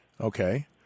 Okay